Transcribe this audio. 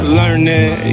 learning